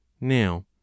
Now